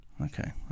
Okay